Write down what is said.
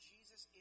Jesus